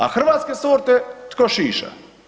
A hrvatske sorte tko šiša.